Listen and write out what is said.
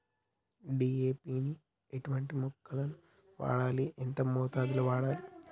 DAP ని ఎటువంటి మొక్కలకు వాడాలి? ఎంత మోతాదులో వాడాలి?